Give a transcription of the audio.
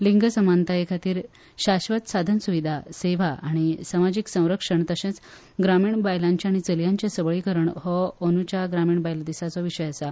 लिंग समानतायेखातीर शाश्वत साधनसुविधा सेवा आनी समाजिक संरक्षण तशेंच ग्रामीण बायलांचे आनी चलयांचे सबळीकरण हो अंद्रच्या ग्रामीण बायलां दिसाचो विशय आसा